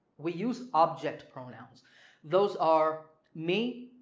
we use object pronouns those are me,